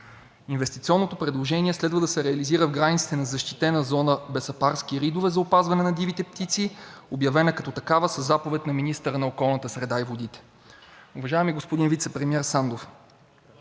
Инвестиционното предложение следва да се реализира в границите на защитена зона „Бесапарски ридове“ за опазване на дивите птици, обявена със заповед на министъра на околната среда и водите. Уважаеми вицепремиер Сандов,